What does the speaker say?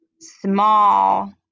small